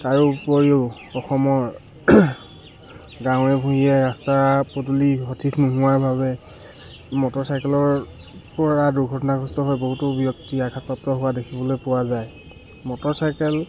তাৰোপৰিও অসমৰ গাঁৱে ভূঞে ৰাস্তা পদূলি সঠিক নোহোৱাৰ বাবে মটৰ চাইকেলৰ পৰা দুৰ্ঘটনাগ্ৰস্ত হৈ বহুতো ব্যক্তি আগাতপ্ৰাপ্ত হোৱা দেখিবলৈ পোৱা যায় মটৰ চাইকেল